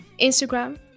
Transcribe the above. Instagram